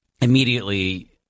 immediately